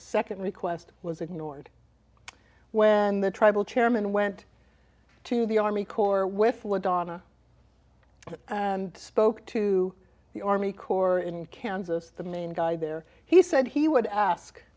second request was ignored when the tribal chairman went to the army corps with what donna spoke to the army corps in kansas the main guy there he said he would ask